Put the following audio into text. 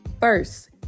First